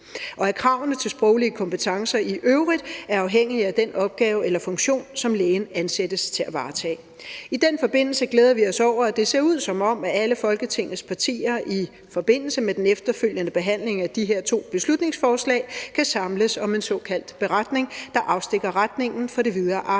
og at kravene til sproglige kompetencer i øvrigt er afhængige af den opgave eller funktion, som lægen ansættes til at varetage. I den forbindelse glæder vi os over, at det ser ud, som om alle Folketingets partier i forbindelse med den efterfølgende behandling af de her to beslutningsforslag kan samles om en såkaldt beretning, der afstikker retningen for det videre arbejde med